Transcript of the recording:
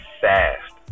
fast